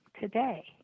today